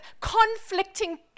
conflicting